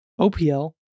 OPL